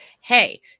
hey